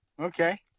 Okay